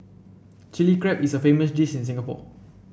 Chilli Crab is a famous dish in Singapore